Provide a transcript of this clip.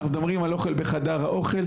אנחנו מדברים על אוכל בחדר האוכל,